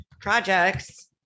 projects